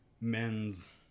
men's